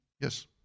Yes